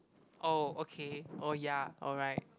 oh okay oh ya alright